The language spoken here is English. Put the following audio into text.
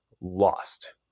lost